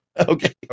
Okay